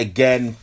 Again